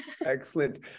Excellent